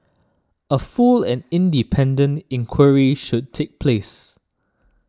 a full and independent inquiry should take place